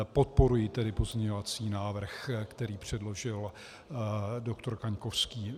Podporuji tedy pozměňovací návrh, který předložil doktor Kaňkovský.